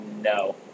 no